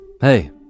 Hey